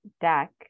deck